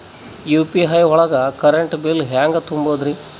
UPI ಒಳಗ current bill ಹೆಂಗ್ ತುಂಬದ್ರಿ?